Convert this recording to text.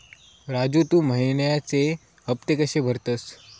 राजू, तू महिन्याचे हफ्ते कशे भरतंस?